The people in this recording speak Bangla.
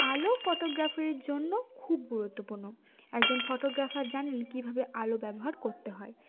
আলো ফটোগ্রাফারের জন্য খুব গুরুত্বপূর্ণ একজন ফটোগ্রাফার জানেন কীভাবে আলো ব্যবহার করতে হয়